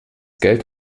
geld